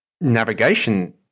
navigation